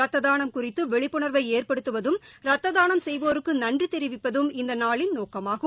ரத்த தானம் குறித்து விழிப்புணர்வை ஏற்படுத்துவதும் ரத்த தானம் செய்வோருக்கு நன்றி தெரிவிப்பதும் இந்த நாளின் நோக்கமாகும்